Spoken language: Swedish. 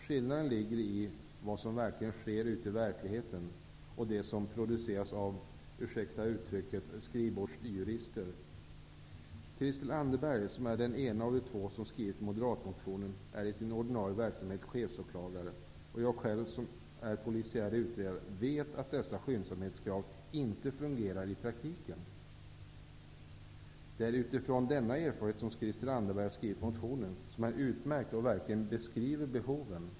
Skillnaden ligger i vad som verkligen sker ute i verkligheten och det som produceras av -- Anderberg, som är den en av de två som skrivit moderatmotionen, är i sin ordinarie verksamhet chefsåklagare; själv är jag polisiär utredare. Vi vet att dessa skyndsamhetskrav inte fungerar i praktiken. Det är utifrån denna erfarenhet som Christel Anderberg skrivit motionen som är utmärkt och verkligen beskriver behoven.